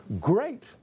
Great